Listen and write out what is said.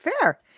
fair